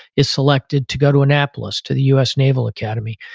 is selected to go to annapolis to the us naval academy.